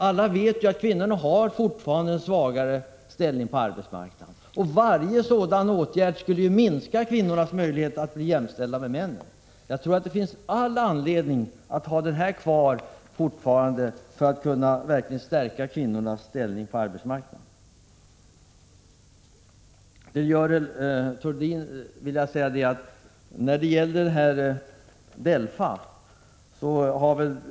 Alla vet att kvinnorna fortfarande har en svagare ställning på arbetsmarknaden, och varje sådan åtgärd skulle minska kvinnornas möjligheter att bli jämställda med männen. Jag tror att det finns all anledning att fortfarande ha kvar nuvarande lagstiftning för att verkligen kunna stärka kvinnornas ställning på arbetsmarknaden. Till Görel Thurdin vill jag säga att DELFA har arbetat i tolv år.